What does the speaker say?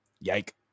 yike